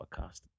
podcast